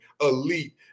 elite